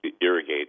irrigate